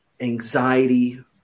anxiety